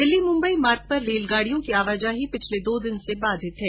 दिल्ली मुम्बई मार्ग पर रेलगाड़ियों की आवाजाही पिछले दो दिन से बाधित है